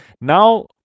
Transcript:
Now